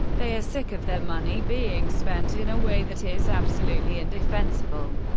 they are sick of their money being spent in a way that is absolutely indefensible.